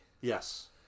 Yes